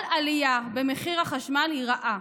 כל עלייה במחיר החשמל היא רעה,